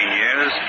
years